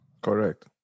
Correct